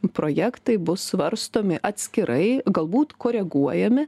projektai bus svarstomi atskirai galbūt koreguojami